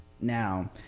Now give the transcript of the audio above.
Now